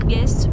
Yes